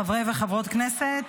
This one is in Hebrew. חברי וחברות כנסת,